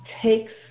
takes